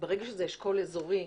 ברגע שזה אשכול אזורי,